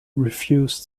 refused